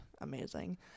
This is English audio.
amazing